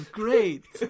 great